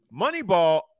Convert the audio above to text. Moneyball